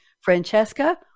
Francesca